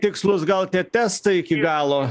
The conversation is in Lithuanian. tikslūs gal tie testai iki galo